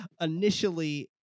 initially